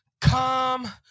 come